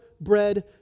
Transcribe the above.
bread